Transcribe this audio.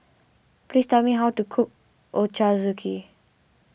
please tell me how to cook Ochazuke